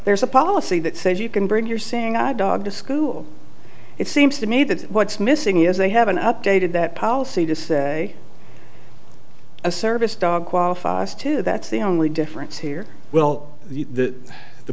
there's a policy that says you can bring your seeing eye dog to school it seems to me that what's missing is they haven't updated that policy to say a service dog qualifies to that's the only difference here well the